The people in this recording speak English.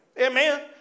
Amen